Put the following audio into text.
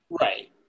Right